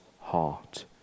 heart